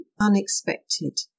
unexpected